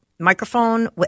Microphone